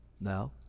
No